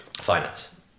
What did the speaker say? Finance